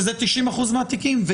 שזה 90% מהתיקים.